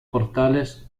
portales